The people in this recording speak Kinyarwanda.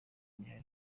gihari